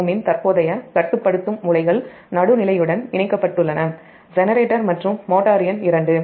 5Ωஇன் தற்போதைய கட்டுப்படுத்தும் உலைகள் நடுநிலையுடன் இணைக்கப்பட்டுள்ளன ஜெனரேட்டர் மற்றும் மோட்டார் எண் 2